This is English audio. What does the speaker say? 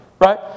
Right